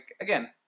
again